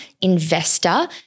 investor